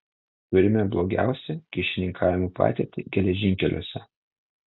turime blogiausią kyšininkavimo patirtį geležinkeliuose